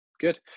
Good